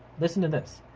listen to this.